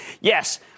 yes